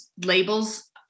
labels